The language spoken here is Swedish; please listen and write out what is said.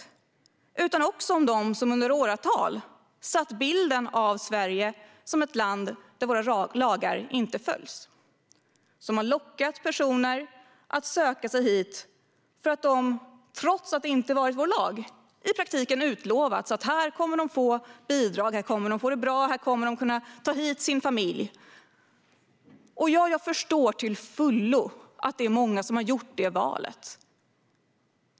Jag tänker också på dem som i åratal gett bilden av Sverige som ett land där lagar inte följs och som har lockat personer att söka sig hit. Trots att det inte har varit vår lag har de i praktiken utlovats att de i Sverige kommer att få bidrag och kommer att få det bra och att de kommer att kunna ta hit sin familj. Ja, jag förstår till fullo att det är många som har gjort det valet.